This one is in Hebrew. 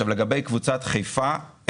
לגבי קבוצת חיפה,